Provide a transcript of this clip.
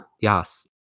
yes